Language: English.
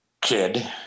kid